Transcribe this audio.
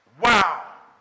Wow